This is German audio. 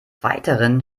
weiteren